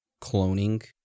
Cloning